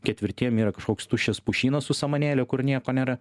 ketvirtiem yra kažkoks tuščias pušynas su samanėle kur nieko nėra